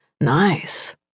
Nice